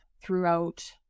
throughout